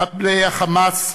מחבלי ה"חמאס"